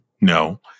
No